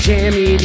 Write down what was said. Jammy